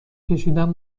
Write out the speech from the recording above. کشیدن